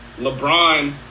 LeBron